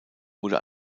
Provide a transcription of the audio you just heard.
wurde